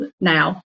now